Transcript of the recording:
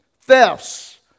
thefts